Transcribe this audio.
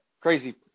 crazy